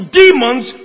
demons